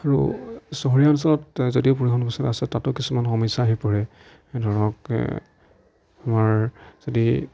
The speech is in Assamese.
আৰু চহৰীয়া অঞ্চলত যদিও পৰিবহন ব্যৱস্থা আছে তাতো কিছুমান সমস্যা আহি পৰে ধৰক আমাৰ যদি